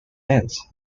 ended